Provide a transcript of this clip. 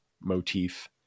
motif